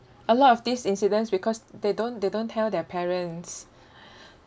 a lot of these incidents because they don't they don't tell their parents